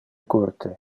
curte